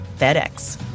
FedEx